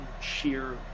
sheer